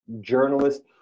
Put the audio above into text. journalist